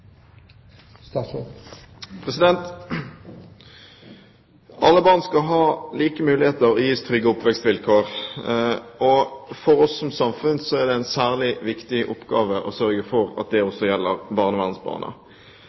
Alle barn skal ha like muligheter og gis trygge oppvekstvilkår. For oss som samfunn er det en særlig viktig oppgave å sørge for at det også gjelder barnevernsbarna.